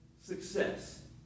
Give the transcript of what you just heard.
success